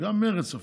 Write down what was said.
אפילו מרצ,